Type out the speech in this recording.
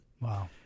Wow